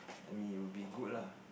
I mean it would be good lah